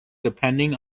depending